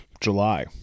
July